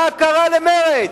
מה קרה למרצ?